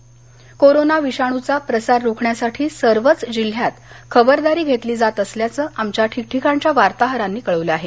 corona mask corona विषाणूचा प्रसार रोखण्यासाठी सर्वच जिल्ह्यात खबरदारी घेतली जात असल्याचं आमच्या ठिकठिकाणच्या वार्ताहरांनी कळवलं आहे